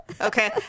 Okay